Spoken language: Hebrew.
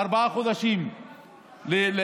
ארבעה חודשים לדחות.